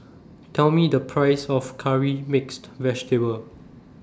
Tell Me The Price of Curry Mixed Vegetable